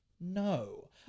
no